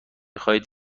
خواهید